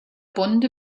bonde